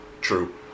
true